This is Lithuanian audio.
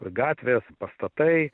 gatvės pastatai